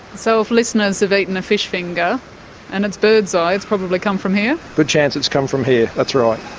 so if listeners have eaten a fish finger and it's birdseye, it's probably come from here. good chance it's come from here, that's right.